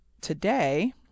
today